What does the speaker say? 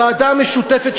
"הוועדה המשותפת",